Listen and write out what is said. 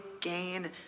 gain